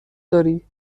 داری